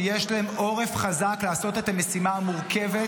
שיש להם עורף חזק לעשות את המשימה המורכבת